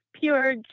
pure